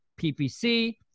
PPC